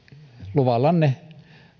luvallanne